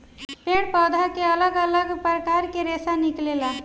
पेड़ पौधा से अलग अलग प्रकार के रेशा निकलेला